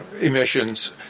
emissions